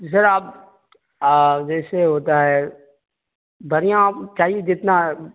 سر آپ جیسے ہوتا ہے بڑھیا چاہیے جتنا